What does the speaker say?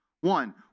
One